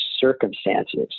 circumstances